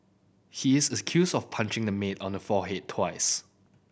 he is accused of punching the maid on the forehead twice